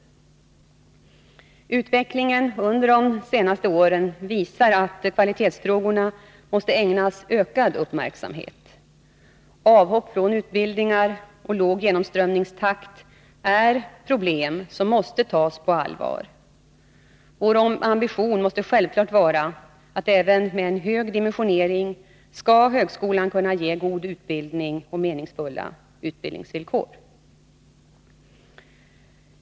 Utvecklingen under de senaste åren visar att kvalitetsfrågorna måste ägnas ökad uppmärksamhet. Avhopp från utbildningar och låg genomströmningstakt är problem som måste tas på allvar. Vår ambition måste självfallet vara att högskolan även med en hög dimensionering måste kunna ge god utbildning och meningsfulla utbildningsvillkor.